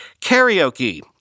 Karaoke